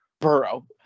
Burrow